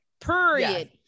Period